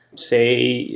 say,